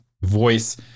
voice